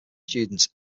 students